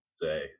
say